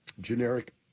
generic